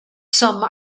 some